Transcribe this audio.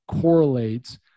correlates